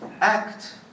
Act